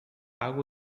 água